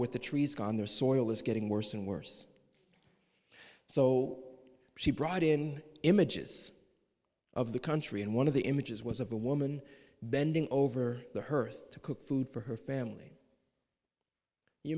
with the trees gone their soil is getting worse and worse so she brought in images of the country and one of the images was of a woman bending over her to cook food for her family